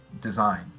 design